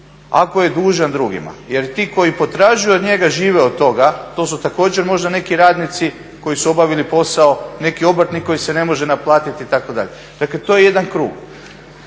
ako je dužan drugima, jer ti koji potražuju od njega žive od toga. To su također možda neki radnici koji su obavili posao, neki obrtnik koji se ne može naplatiti itd. Dakle, to je jedan krug.